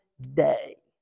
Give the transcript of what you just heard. day